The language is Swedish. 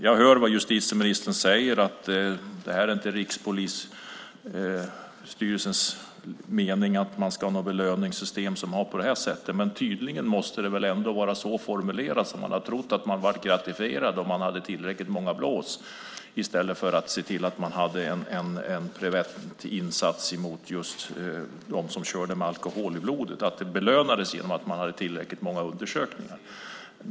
Jag hör vad justitieministern säger, att det inte är Rikspolisstyrelsens mening att man ska ha ett belöningssystem som fungerar på det här sättet, men tydligen måste det väl ändå vara så formulerat att man har trott att man skulle bli gratifierad om man hade tillräckligt många blås i stället för att se till att man hade en preventiv insats mot just dem som körde med alkohol i blodet - att det belönades om man hade tillräckligt många undersökningar.